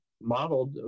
modeled